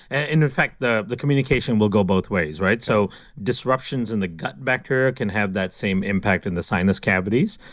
and in in fact, the the communication will go both ways. so disruptions in the gut bacteria can have that same impact in the sinus cavities.